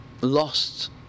lost